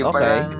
Okay